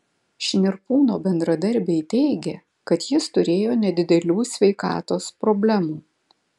šnirpūno bendradarbiai teigė kad jis turėjo nedidelių sveikatos problemų